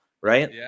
right